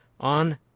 on